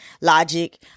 logic